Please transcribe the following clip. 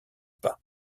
pas